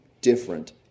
different